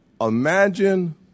imagine